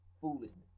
foolishness